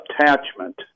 attachment